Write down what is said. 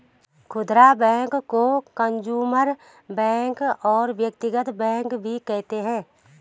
खुदरा बैंक को consumer bank और व्यक्तिगत बैंक भी कहते हैं